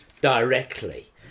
directly